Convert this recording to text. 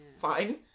Fine